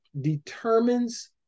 determines